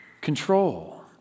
control